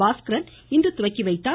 பாஸ்கரன் இன்று துவக்கிவைத்தார்